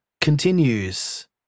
continues